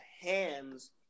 hands